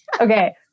okay